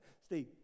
Steve